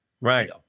Right